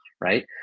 right